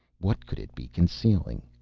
what could it be concealing?